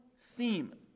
theme